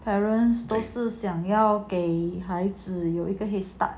parents 都是想要给孩子有一个 head start